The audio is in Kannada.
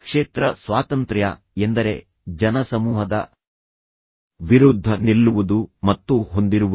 ಕ್ಷೇತ್ರ ಸ್ವಾತಂತ್ರ್ಯ ಎಂದರೆ ಜನಸಮೂಹದ ವಿರುದ್ಧ ನಿಲ್ಲುವುದು ಮತ್ತು ಹೊಂದಿರುವುದು